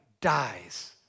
dies